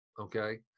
Okay